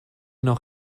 noch